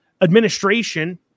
administration